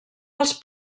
els